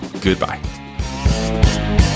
goodbye